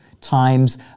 times